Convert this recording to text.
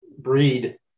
breed